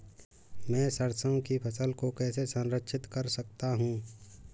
मैं सरसों की फसल को कैसे संरक्षित कर सकता हूँ?